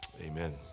amen